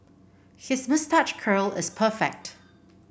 his moustache curl is perfect